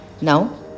now